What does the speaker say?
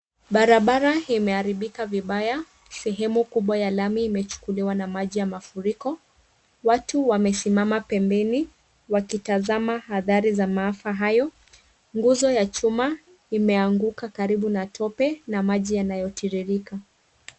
Barabara imeharibika vibaya, sehemu kubwa ya lami imechukuliwa na maji ya mafuriko. Watu wamesimama pembeni wakitazama hadhari za maafa hayo nguzo ya chuma imeanguka karibu na tope na maji yanayotiririka.